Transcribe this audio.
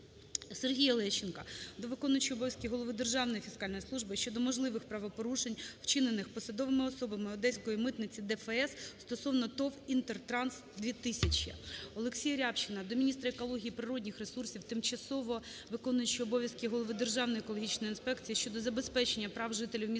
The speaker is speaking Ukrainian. Сергія Лещенка до виконуючого обов'язки голови Державної фіскальної служби щодо можливих правопорушень, вчинених посадовими особами Одеської митниці ДФС стосовно ТОВ "Інтертранс 2000". ОлексіяРябчина до міністра екології і природних ресурсів, тимчасово виконуючого обов'язки голови Державної екологічної інспекції щодо забезпечення прав жителів міста